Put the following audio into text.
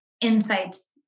insights